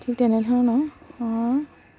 ঠিক তেনেধৰণৰ অঁ